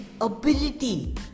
ability